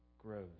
grows